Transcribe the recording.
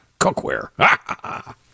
cookware